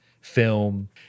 film